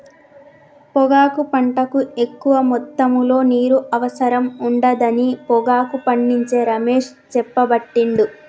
పొగాకు పంటకు ఎక్కువ మొత్తములో నీరు అవసరం ఉండదని పొగాకు పండించే రమేష్ చెప్పబట్టిండు